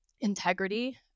integrity